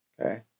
Okay